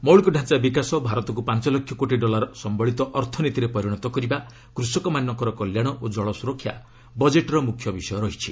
ମୌଳିକ ଢାଞ୍ଚା ବିକାଶ ଭାରତକୁ ପାଞ୍ଚ ଲକ୍ଷ କୋଟି ଡଲାର ସମ୍ଭଳିତ ଅର୍ଥନୀତିରେ ପରିଣତ କରିବା କୃଷକମାନଙ୍କର କଲ୍ୟାଣ ଓ ଜଳ ସୁରକ୍ଷା ବଜେଟ୍ର ମୁଖ୍ୟ ବିଷୟ ରହିଛି